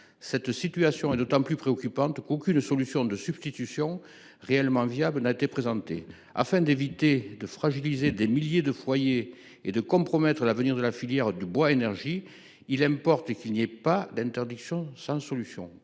Cette situation est d’autant plus préoccupante qu’aucune solution de substitution réellement viable n’a été présentée. Afin d’éviter de fragiliser des milliers de foyers et de compromettre l’avenir de la filière du bois énergie, il importe qu’il n’y ait pas d’interdiction sans solution.